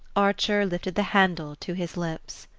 archer lifted the handle to his lips.